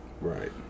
right